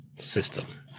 system